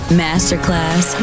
masterclass